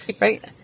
Right